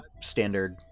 standard